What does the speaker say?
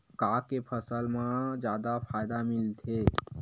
का के फसल मा जादा फ़ायदा मिलथे?